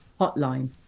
hotline